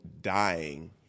dying